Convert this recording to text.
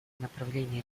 направление